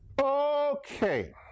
okay